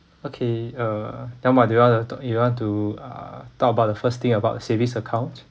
okay uh tell me do you want to talk you want to uh talk about the first thing about savings account